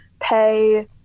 pay